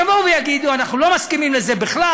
שיבואו ויגידו: אנחנו לא מסכימים לזה בכלל,